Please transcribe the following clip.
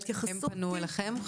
500 הילדים פנו אליכם?